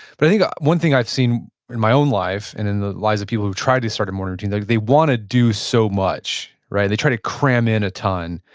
but i think one thing i've seen in my own life, and in the lives of people who tried to start a morning routine, like they want to do so much. they try to cram in a ton.